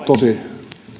tosi